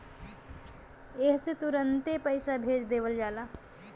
एह से तुरन्ते पइसा भेज देवल जाला